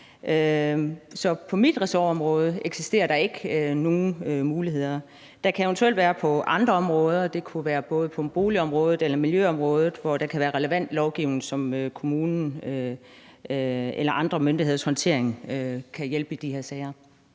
på mit ressortområde eksisterer der ikke nogen muligheder. Der kan eventuelt være andre områder – det kunne være på boligområdet eller miljøområdet – hvor der kan være relevant lovgivning, som gør, at kommunen eller andre myndigheder kan hjælpe i de her sager.